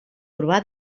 urbà